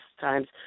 times